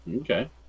Okay